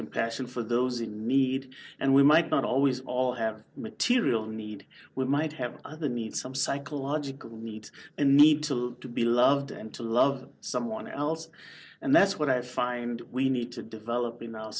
compassion for those in need and we might not always all have material need we might have other needs some psychological need and need to learn to be loved and to love someone else and that's what i find we need to develop in our